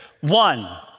One